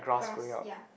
grass yeah